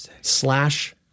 slash